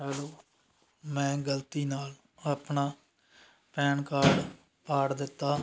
hello ਮੈਂ ਗਲਤੀ ਨਾਲ ਆਪਣਾ ਪੈਨ ਕਾਰਡ ਪਾੜ ਦਿੱਤਾ